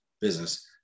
business